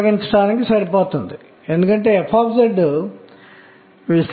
k 2 కోసం 5 ఎలక్ట్రాన్లు ఉండాలి